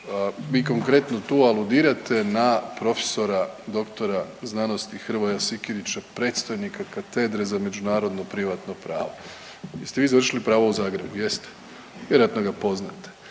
Vi konkretno tu aludirate na profesora doktora znanosti Hrvoja Sikirića, predstojnika Katedre za međunarodno privatno pravo. Jeste vi završili pravo u Zagrebu? Jeste. Vjerojatno ga poznajete.